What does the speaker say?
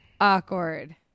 Awkward